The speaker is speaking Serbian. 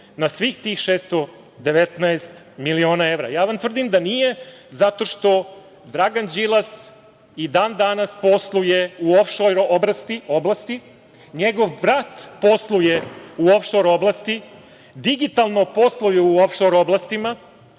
na svih tih 619 miliona evra? Ja tvrdim da nije zato što Dragan Đilas i dan danas posluje u ofšor oblasti. Njegov brat posluje u ofšor oblasti. Digitalno posluju u ofšor oblastima